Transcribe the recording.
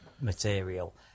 material